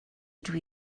ydw